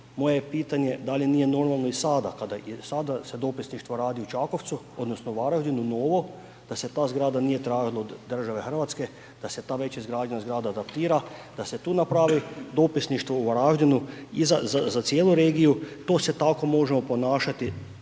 je pitanje da li nije normalo i sada kada i sada se dopisništvo radi u Čakovcu odnosno Varaždinu novo da se ta zgrada nije tražila od države Hrvatska da se ta već izgradnja zgrada adaptira, da se tu napravi dopisništvo u Varaždinu i za cijelu regiju. To se tako možemo ponašati